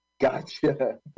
Gotcha